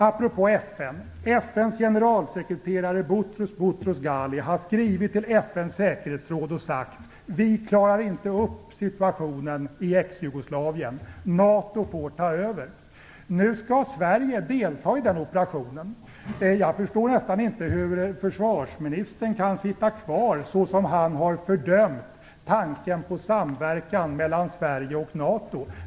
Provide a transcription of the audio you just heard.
Apropå FN: FN:s generalsekreterare Boutros Boutros-Ghali har skrivit till FN:s säkerhetsråd och sagt: Vi klarar inte upp situationen i Exjugoslavien. NATO får ta över. Nu skall Sverige delta i den operationen. Jag förstår nästan inte hur försvarsministern kan sitta kvar så som han har fördömt tanken på en samverkan mellan Sverige och NATO.